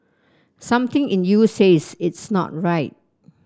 something in you says it's not right